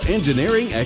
Engineering